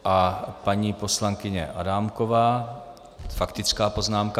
A paní poslankyně Adámková faktická poznámka.